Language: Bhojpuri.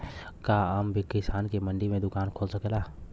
का आम किसान भी मंडी में दुकान खोल सकेला?